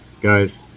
Guys